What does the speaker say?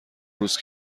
روز